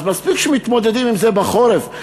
אז מספיק שמתמודדים עם זה בחורף,